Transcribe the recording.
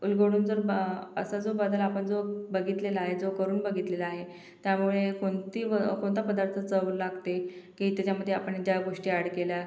उलगडून जर पा असा जो बदल आपण जो बघितलेला आहे जो करून बघितलेला आहे त्यामुळे कोणती व कोणता पदार्थ चव लागते की त्याच्यामध्ये आपण ज्या गोष्टी अॅड केल्या